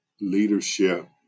leadership